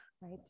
Right